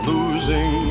Losing